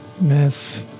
Miss